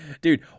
Dude